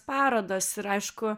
parodos ir aišku